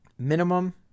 Minimum